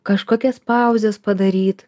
kažkokias pauzes padaryt